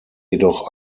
jedoch